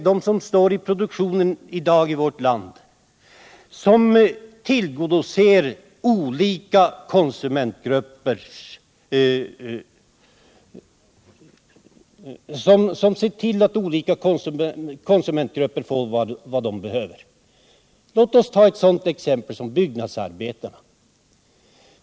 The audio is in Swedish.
Det finns ju många olika arbetargrupper i produktionslivet som medverkar till att konsumenterna får sådana produkter som de behöver. Så är t.ex. fallet med byggnadsarbetarna.